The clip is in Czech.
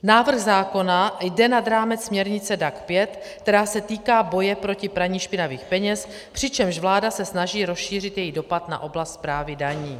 Návrh zákona jde nad rámec směrnice DAC 5, která se týká boje proti praní špinavých peněz, přičemž vláda se snaží rozšířit její dopad na oblast správy daní.